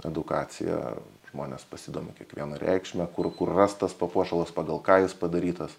edukacija žmonės pasidomi kiekvieno reikšme kur kur rastas papuošalas pagal ką jis padarytas